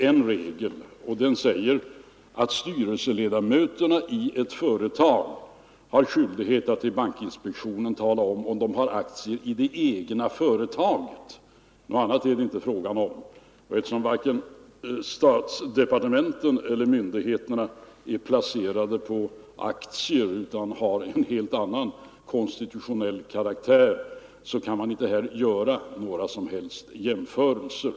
HE TV 5 november 1974 placerade på aktier utan har en helt annan konstitutionell karaktär kan portera om de har aktier i det egna företaget. Något annat är det inte frågan om. Eftersom varken statsdepartementen eller myndigheterna är man inte här göra några som helst jämförelser.